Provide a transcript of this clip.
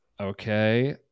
okay